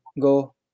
go